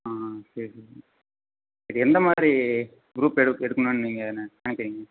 ஆ சரிங்க இது எந்தமாதிரி க்ரூப் எடுக்கணும் எடுக்கணும்னு நீங்கள் நினைக்குறீங்க